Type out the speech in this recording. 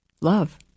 love